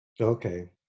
Okay